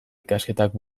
ikasketak